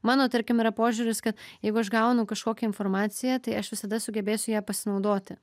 mano tarkim yra požiūris ka jeigu aš gaunu kažkokią informaciją tai aš visada sugebėsiu ja pasinaudoti